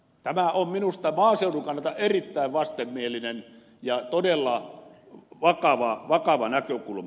tämä on minusta maaseudun kannalta erittäin vastenmielinen ja todella vakava näkökulma